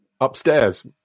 Upstairs